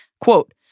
Quote